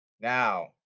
Now